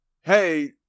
hey